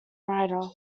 writer